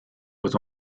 was